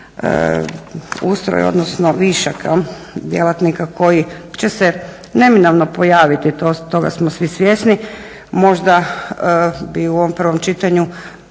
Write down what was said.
ustroj odnosno višak djelatnika koji će se neminovno pojaviti, toga smo svi svjesni. Možda bi u ovom prvom čitanju